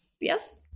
Yes